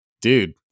dude